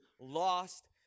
Lost